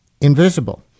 invisible